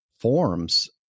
forms